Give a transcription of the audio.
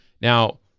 Now